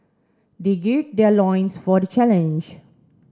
they gird their loins for the challenge